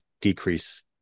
decrease